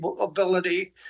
ability